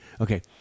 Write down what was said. Okay